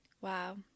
Wow